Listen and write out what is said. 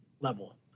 level